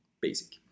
Basic